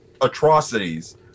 atrocities